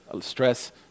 stress